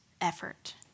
effort